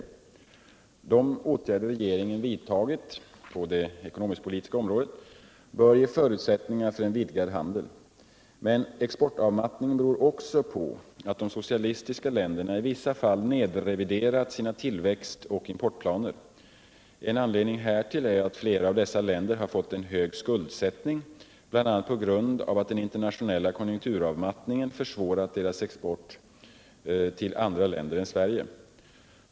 De åtgärder regeringen vidtagit på det ekonomisk-politiska området bör ge förutsättningar för en vidgad handel. Men exportavmattningen beror också på att de socialistiska länderna i vissa fall nedreviderat sina tillväxt och importplaner. En anledning härtill är att flera av dessa länder har fått en hög skuldsättning bl.a. på grund av att den internationella konjunkturavmattningen försvårat deras export till andra länder än Sverige.